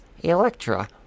Electra